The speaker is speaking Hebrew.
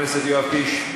חבר הכנסת יואב קיש,